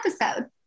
episode